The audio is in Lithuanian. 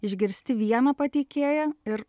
išgirsti vieną pateikėją ir